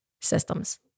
systems